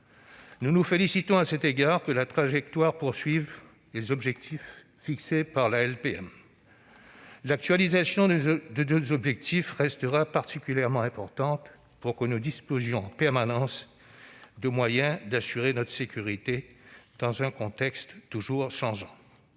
Nous nous félicitons à cet égard que la trajectoire poursuive les objectifs fixés par la LPM. L'actualisation de nos objectifs restera particulièrement importante pour que nous disposions en permanence des moyens d'assurer notre sécurité, dans un contexte toujours changeant.